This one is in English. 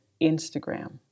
Instagram